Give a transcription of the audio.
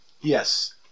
Yes